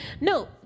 no